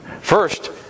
First